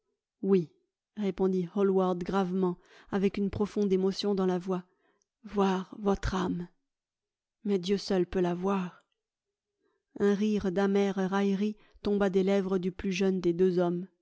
oui répondit hallward gravement avec une profonde émotion dans la voix voir votre âme mais dieu seul peut la voir un rire d'amère raillerie tomba des lèvres du plus jeune des deux hommes